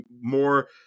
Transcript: more